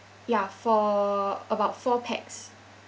ya for about four pax